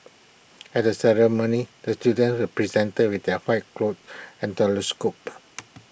at the ceremony the students were presented with their white coats and stethoscopes